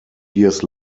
years